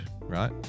right